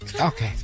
Okay